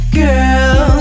girl